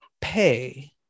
pay